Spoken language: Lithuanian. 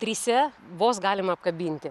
trise vos galima apkabinti